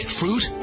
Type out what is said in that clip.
fruit